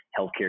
healthcare